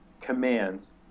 commands